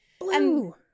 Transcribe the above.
Blue